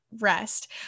rest